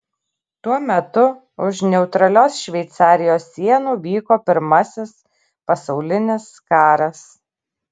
tuo metu už neutralios šveicarijos sienų vyko pirmasis pasaulinis karas